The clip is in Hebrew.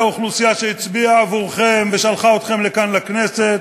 האוכלוסייה שהצביעה עבורכם ושלחה אתכם לכאן לכנסת?